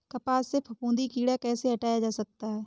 कपास से फफूंदी कीड़ा कैसे हटाया जा सकता है?